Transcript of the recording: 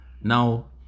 now